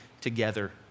together